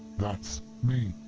that's me.